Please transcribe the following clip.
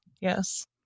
yes